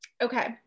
okay